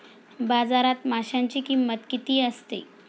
बाजारात माशांची किंमत किती असते?